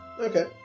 Okay